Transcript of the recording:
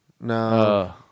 No